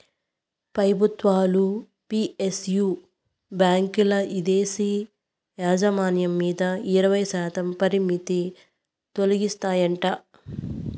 పెబుత్వాలు పి.ఎస్.యు బాంకీల్ల ఇదేశీ యాజమాన్యం మీద ఇరవైశాతం పరిమితి తొలగిస్తాయంట